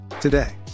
Today